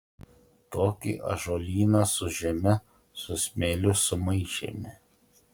tokį ąžuolyną su žeme su smėliu sumaišėme